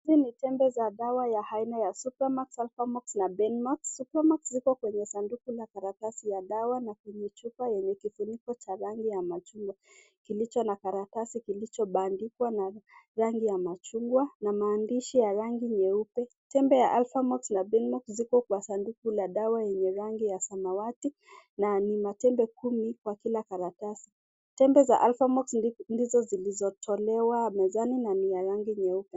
Hii ni tembe za dawa aina ya Supermox, Alphamox na Benzmox, Supermox yako kwenye sanduku la karatasi ya dawa na yenye chupa cha kifiniko cha rangi ya machungwa kilicho na karatasi kilicho bandikwa na rangi ya machungwa na maandishi ya rangi nyeupe. Tembe ya Alphamox ma Benzmox liko kwa sanduku la dawa lenye rangi ya samawati na ni matrmbe kumi kwa kila karatasi. Tembe za Alphamox ndizo zilizo tolewa mezani na ni ya rangi nyeupe.